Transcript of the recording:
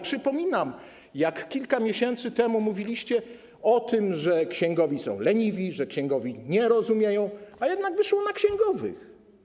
Przypominam, jak kilka miesięcy temu mówiliście o tym, że księgowi są leniwi, że księgowi nie rozumieją, ale jednak wyszło na księgowych.